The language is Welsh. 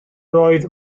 roedd